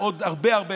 עוד הרבה הרבה